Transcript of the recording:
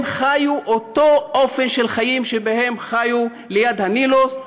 הם חיו באותו אופן של חיים שבו הם חיו ליד הנילוס,